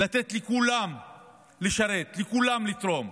לתת לכולם לשרת, לכולם לתרום,